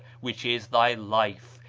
which is thy life,